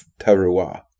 tarua